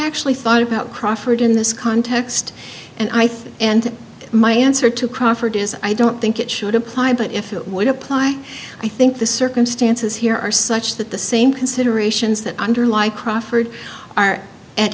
actually thought about crawford in this context and i think and my answer to crawford is i don't think it should apply but if it would apply i think the circumstances here are such that the same considerations that underlie crawford are at